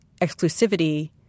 exclusivity